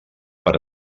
per